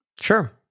Sure